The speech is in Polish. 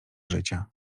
życia